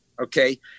okay